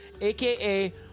AKA